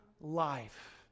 life